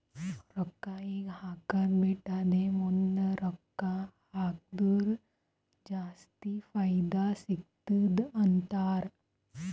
ರೊಕ್ಕಾ ಈಗ ಹಾಕ್ಕದು ಬಿಟ್ಟು ಅದೇ ಮುಂದ್ ರೊಕ್ಕಾ ಹಕುರ್ ಜಾಸ್ತಿ ಫೈದಾ ಸಿಗತ್ತುದ ಅಂತಾರ್